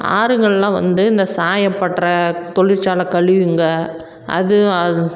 ஆறுங்கள் எல்லாம் வந்து இந்த சாயப்பட்டற தொழிற்சாலை கழிவுங்க அதுவும் அது